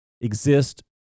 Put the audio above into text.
exist